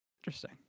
interesting